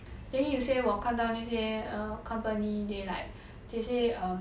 then 有些我看到那些 err company they like they say err